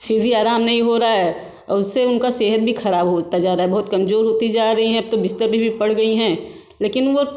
फिर भी आराम नहीं हो रहा है और उससे उनकी सेहत भी ख़राब होती जा रही है बहुत कमज़ोर होती जा रहीं हैं अब तो बिस्तर पे भी पड़ गई है लेकिन वो